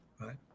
right